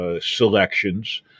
selections